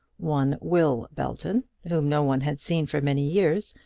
one will belton, whom no one had seen for many years,